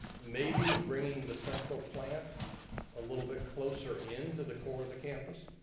maybe bringing the central plant a little bit closer in to the core of the campus.